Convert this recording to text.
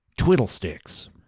twiddlesticks